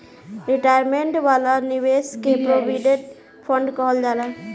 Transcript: retirement वाला निवेश के प्रोविडेंट फण्ड कहल जाला